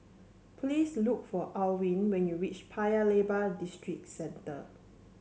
please look for Alwine when you reach Paya Lebar Districenter